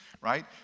right